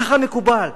ככה מקובל.